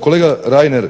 Kolega Reiner,